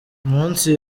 umunsi